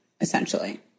essentially